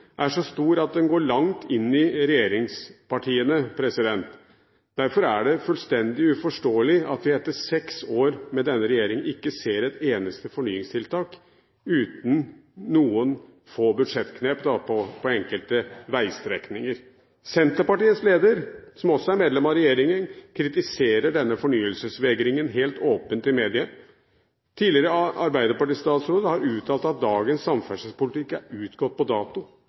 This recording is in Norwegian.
er så stor at den går langt inn i regjeringspartiene. Derfor er det fullstendig uforståelig at vi etter seks år med denne regjeringen ikke ser et eneste fornyingstiltak, med unntak av noen få budsjettknep på enkelte veistrekninger. Senterpartiets leder, som også er medlem av regjeringen, kritiserer denne fornyelsesvegringen helt åpent i media. Tidligere arbeiderpartistatsråder har uttalt at dagens samferdselspolitikk er utgått på dato.